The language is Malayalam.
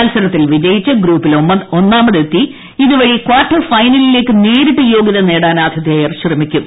മത്സരത്തിൽ വിജയിച്ച് ഗ്രൂപ്പിൽ ഒന്നാമതെത്തി അതു വഴി കാർട്ടർ ഫൈനലിലേക്ക് നേരിട്ട് യോഗ്യത നേടാനാണ് ആതിഥേയർ ശ്രമിക്കുക